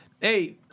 Hey